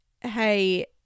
hey